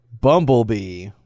Bumblebee